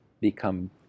become